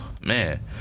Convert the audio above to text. man